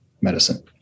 medicine